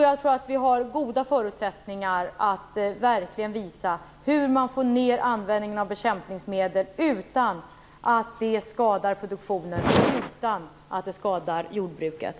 Jag tror att vi har goda förutsättningar att verkligen visa hur man får ned användningen av bekämpningsmedel utan att det skadar produktionen och jordbruket.